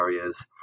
areas